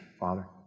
Father